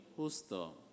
Justo